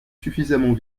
suffisamment